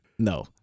No